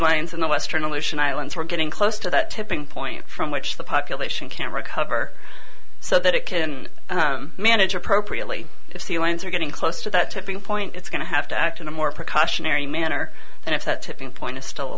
lions in the western aleutian islands were getting close to that tipping point from which the population can recover so that it can manage appropriately if the lines are getting close to that tipping point it's going to have to act in a more precautionary manner and if that tipping point is still a